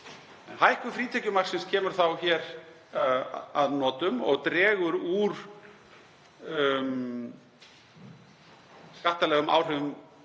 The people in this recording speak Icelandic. Hækkun frítekjumarksins kemur þá hér að notum og dregur úr skattalegum áhrifum